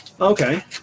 Okay